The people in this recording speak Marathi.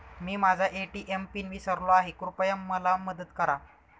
मी माझा ए.टी.एम पिन विसरलो आहे, कृपया मला मदत करा